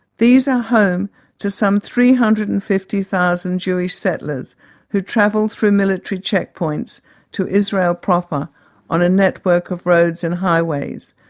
these are home to some three hundred and fifty thousand jewish settlers who travel through military checkpoints to israel proper on a network of roads and highways.